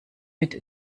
mit